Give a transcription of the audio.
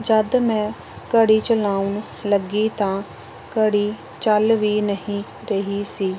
ਜਦੋਂ ਮੈਂ ਘੜੀ ਚਲਾਉਣ ਲੱਗੀ ਤਾਂ ਘੜੀ ਚੱਲ ਵੀ ਨਹੀਂ ਰਹੀ ਸੀ